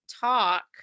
talk